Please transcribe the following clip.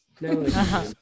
No